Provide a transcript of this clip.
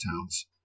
towns